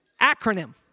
acronym